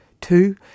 Two